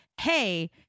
hey